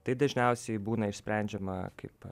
tai dažniausiai būna išsprendžiama kaip